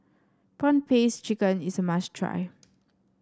prawn paste chicken is a must try